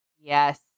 Yes